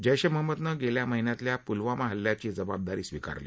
जैश ए महम्मदनं गेल्या महिन्यातल्या प्लवामा हल्ल्याची जबाबदारी स्वीकारली